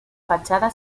fachada